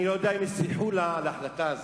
אני לא יודע אם יסלחו לה על ההחלטה הזאת.